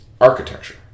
architecture